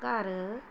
ਘਰ